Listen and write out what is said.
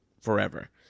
forever